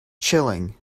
chilling